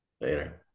Later